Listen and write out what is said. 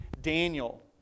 Daniel